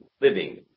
living